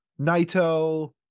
Naito